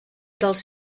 dels